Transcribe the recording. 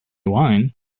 wine